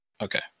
Okay